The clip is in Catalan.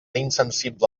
insensible